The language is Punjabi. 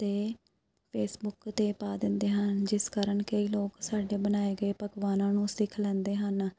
ਅਤੇ ਫੇਸਬੁੱਕ 'ਤੇ ਪਾ ਦਿੰਦੇ ਹਨ ਜਿਸ ਕਾਰਨ ਕਈ ਲੋਕ ਸਾਡੇ ਬਣਾਏ ਗਏ ਪਕਵਾਨਾਂ ਨੂੰ ਸਿੱਖ ਲੈਂਦੇ ਹਨ